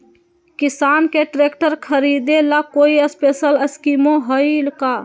किसान के ट्रैक्टर खरीदे ला कोई स्पेशल स्कीमो हइ का?